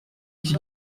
iki